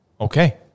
okay